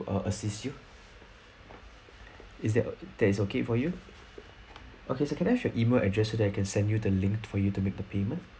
err assist you is that o~ there is okay for you okay so can I have email address so that I can send you the link for you to make the payment